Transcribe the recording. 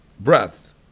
breath